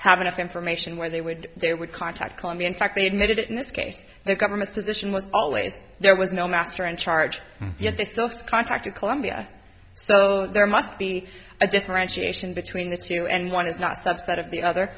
have enough information where they would they would contact colombia in fact they admitted it in this case the government's position was always there was no master in charge yet they still just contacted columbia so there must be a differentiation between the two and one is not a subset of the other